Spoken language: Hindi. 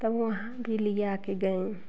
तब वहाँ भी लिया के गए